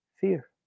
fear